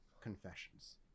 Confessions